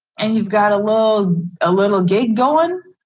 and you've got a little a little gig going.